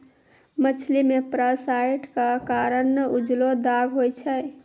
मछली मे पारासाइट क कारण उजलो दाग होय छै